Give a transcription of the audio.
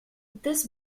this